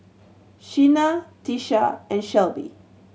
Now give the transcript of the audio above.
Sheena Tisha and Shelbie